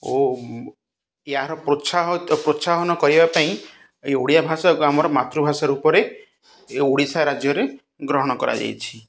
ଓ ଏହାର ପ୍ରୋତ୍ସାହନ କରିବା ପାଇଁ ଏ ଓଡ଼ିଆ ଭାଷା ଆମର ମାତୃଭାଷା ରୂପରେ ଓଡ଼ିଶା ରାଜ୍ୟରେ ଗ୍ରହଣ କରାଯାଇଛି